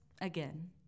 again